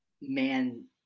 man